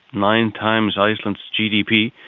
nine times iceland's gdp,